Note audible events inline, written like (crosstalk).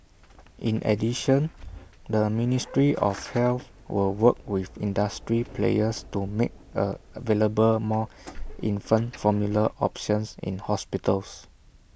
(noise) in addition the ministry of health will work with industry players to make A available more infant formula options in hospitals